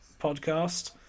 podcast